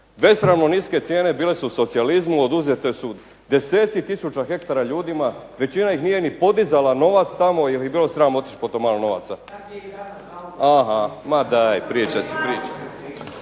Besramno niske cijene bile su u socijalizmu, oduzete su deseci tisuća hektara ljudima, većina ih nije ni podizala novac tamo jer ih je bilo sram otići po to malo novaca. … /Upadica se ne